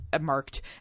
marked